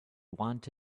want